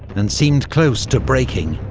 and seemed close to breaking.